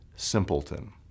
Simpleton